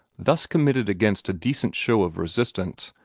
thus committed against a decent show of resistance,